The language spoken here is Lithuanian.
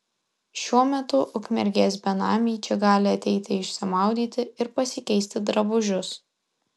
šiuo metu ukmergės benamiai čia gali ateiti išsimaudyti ir pasikeisti drabužius